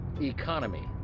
economy